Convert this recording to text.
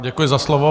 Děkuji za slovo.